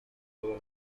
toda